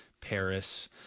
Paris